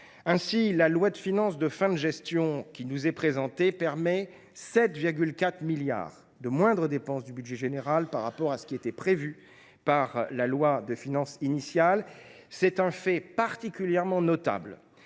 projet de loi de finances de fin de gestion qui nous est présenté permet 7,4 milliards d’euros de moindres dépenses du budget général par rapport à ce qui était prévu en loi de finances initiale. C’est un fait particulièrement notable,